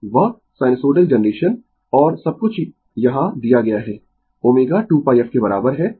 वह sinusoidal generation और सब कुछ यहाँ दिया गया है ω 2πf के बराबर है